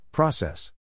Process